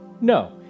No